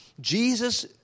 Jesus